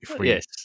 Yes